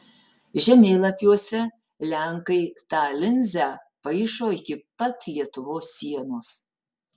žemėlapiuose lenkai tą linzę paišo iki pat lietuvos sienos